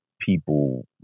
people